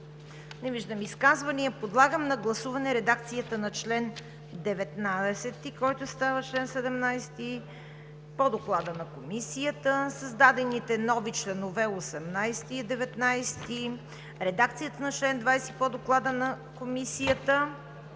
Изказвания? Няма. Подлагам на гласуване редакцията на чл. 19, който става чл. 17 по Доклада на Комисията, създадените нови членове 18 и 19, редакцията на чл. 20 по Доклада на Комисията;